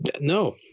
No